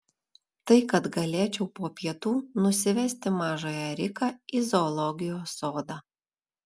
tai kad galėčiau po pietų nusivesti mažąją riką į zoologijos sodą